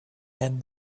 and